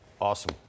Awesome